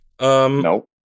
Nope